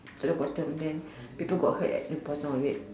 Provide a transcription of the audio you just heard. to the bottom then people got hurt at the bottom of it